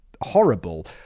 horrible